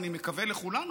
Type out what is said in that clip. אני מקווה לכולנו,